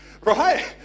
Right